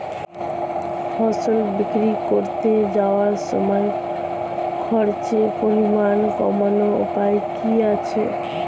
ফসল বিক্রি করতে যাওয়ার সময় খরচের পরিমাণ কমানোর উপায় কি কি আছে?